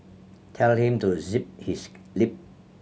tell him to zip his lip